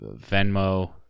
Venmo